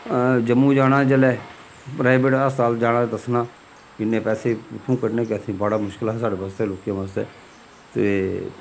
जम्मू जाना जेल्लै प्राइवेट अस्पताल जाना दस्सना इन्ने पैसे उत्थुआं कड्ढने असें बड़ा मुश्कल हा साढ़े बास्तै लोकें बास्तै ते